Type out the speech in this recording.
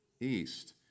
east